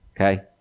okay